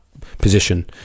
position